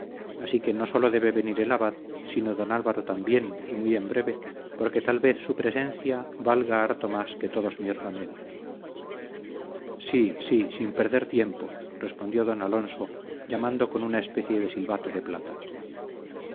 así que no sólo debe venir el abad sino don álvaro también y muy en breve porque tal vez su presencia valga harto más que todos mis remedios sí sí sin perder tiempo respondió don alonso llamando con una especie de silbato de plata